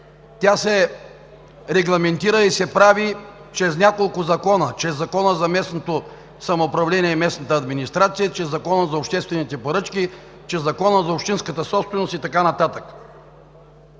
те се регламентират чрез няколко закона: чрез Закона за местното самоуправление и местната администрация, чрез Закона за обществените поръчки, чрез Закона за общинската собственост и така нататък.